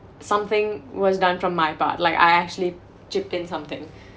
something was done from my part like I actually chipped in something